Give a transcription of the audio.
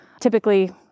typically